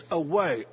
away